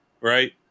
right